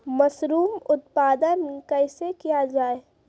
Mushroom उत्पादन कैसे किया जाय?